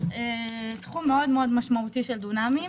סכום מאוד מאוד משמעותי של דונמים,